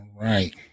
right